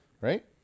right